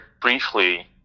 briefly